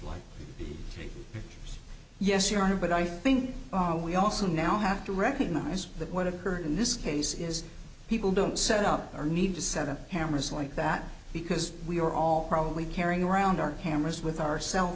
like yes your honor but i think we also now have to recognize that what occurred in this case is people don't set up or need to set up cameras like that because we are all probably carrying around our cameras with our cell